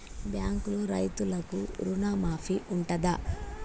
బ్యాంకులో రైతులకు రుణమాఫీ ఉంటదా?